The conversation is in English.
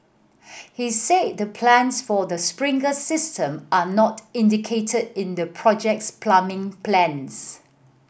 he said the plans for the system are not indicated in the project's plumbing plans